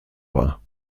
war